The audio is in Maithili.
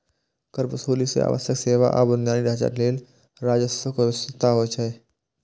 कर वसूली सं आवश्यक सेवा आ बुनियादी ढांचा लेल राजस्वक व्यवस्था होइ छै